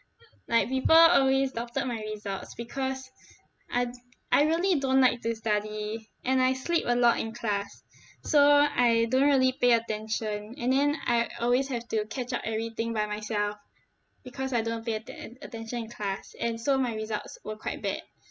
like people always doubted my results because I I really don't like to study and I sleep a lot in class so I don't really pay attention and then I always have to catch up everything by myself because I don't pay atten~ attention in class and so my results were quite bad